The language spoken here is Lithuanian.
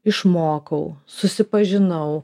išmokau susipažinau